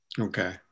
Okay